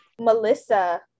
melissa